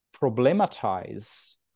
problematize